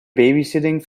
babysitting